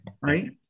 right